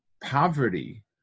poverty